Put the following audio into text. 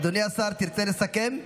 אדוני השר, תרצה לסכם?